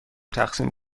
تقسیم